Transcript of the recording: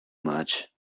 much